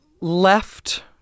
left